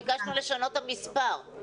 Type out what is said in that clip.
ביקשנו לשנות את המספר.